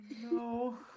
no